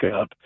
up –